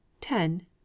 ten